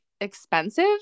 expensive